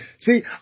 See